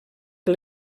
que